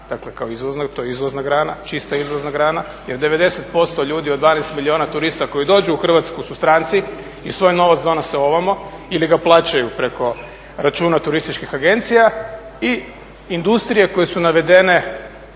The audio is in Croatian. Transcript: dakle to je izvozna grana, čista izvozna grana jer 90% ljudi od 12 milijuna turista koji dođu u Hrvatsku su stranci i svoj novac donose ovamo ili ga plaćaju preko računa turističkih agencija. I industrije koje su navedene